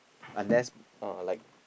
unless uh like